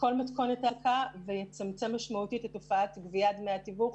כל מתכונת ההעסקה ויצמצם משמעותית את תופעת גביית דמי התיווך